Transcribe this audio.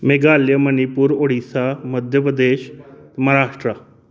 Meghalaya Manipur Orissa Madhya Pradesh Maharashtra